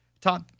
Top